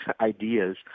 ideas